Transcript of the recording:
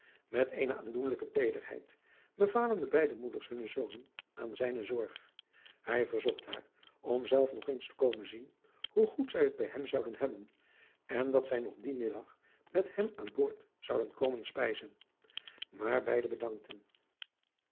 met eene aandoenlijke teederheid bevalen de beide moeders hunne zonen aan zijne zorg hij verzocht adriaan loosjes pzn het leven van maurits lijnslager haar om zelf nog te komen zien hoe goed zij het bij hem zouden hebben en dat zij nog dien middag met hem aan zijn boord zouden komen spijzen maar beide bedankten